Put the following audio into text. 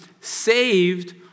saved